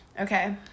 okay